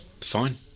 Fine